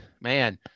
man